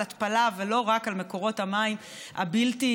התפלה ולא רק על מקורות המים הבלתי-יציבים,